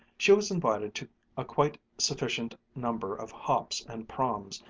she was invited to a quite sufficient number of hops and proms,